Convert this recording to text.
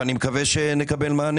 עופר